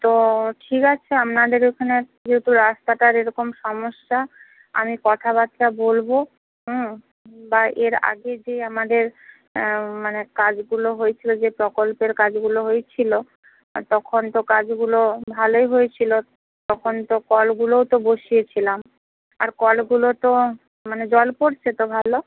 তো ঠিক আছে আপনাদের ওখানে যেহেতু রাস্তাটার এরকম সমস্যা আমি কথাবার্তা বলব বা এর আগে যে আমাদের মানে কাজগুলো হয়েছিল যে প্রকল্পের কাজগুলো হয়েছিল তখন তো কাজগুলো ভালোই হয়েছিল তখন তো কলগুলোও তো বসিয়েছিলাম আর কলগুলো তো মানে জল পড়ছে তো ভালো